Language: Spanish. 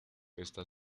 está